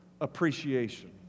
Appreciation